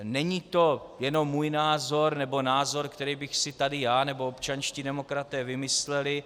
Není to jenom můj názor nebo názor, který bychom si tady já nebo občanští demokraté vymysleli.